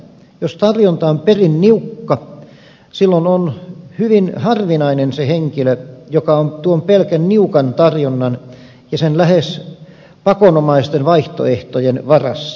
jos tarjonta on perin niukka silloin on hyvin harvinainen se henkilö joka on pelkästään tuon niukan tarjonnan ja sen lähes pakonomaisen vaihtoehdon varassa